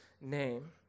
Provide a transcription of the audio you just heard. name